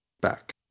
back